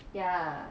ya